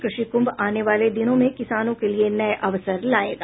कृषि कुंभ आने वाले दिनों में किसानों के लिए नये अवसर लाएगा